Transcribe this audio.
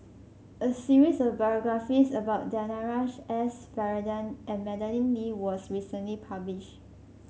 a series of biographies about Danaraj S Varathan and Madeleine Lee was recently published